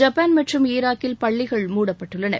Japan மற்றும் ஈராக்கில் பள்ளிகள் மூடப்பட்டுள்ளன